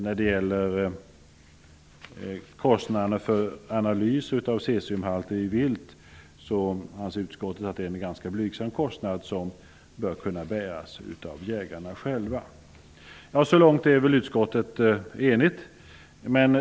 När det gäller kostnaderna för analys av cesiumhalt i vilt anser utskottet att det är en ganska blygsam kostnad, som bör kunna bäras av jägarna själva. Så långt är utskottet enigt.